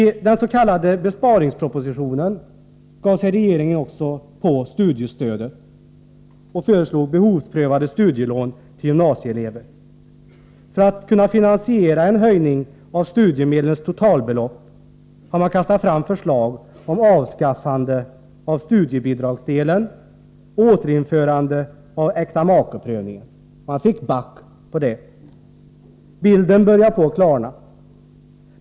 I den s.k. besparingspropositionen gav sig regeringen också på studiestödet och föreslog behovsprövade studielån till gymnasieelever. För att kunna finansiera en höjning av studiemedlens totalbelopp har man kastat fram förslag om avskaffande av studiebidragsdelen och återinförande av äktamakeprövningen, men man fick inte igenom det senare förslaget. Bilden börjar att klarna.